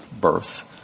birth